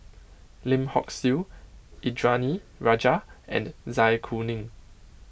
Lim Hock Siew Indranee Rajah and Zai Kuning